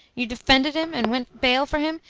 you defended him, and went bail for him,